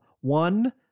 one